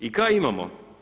I kaj imamo?